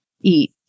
eat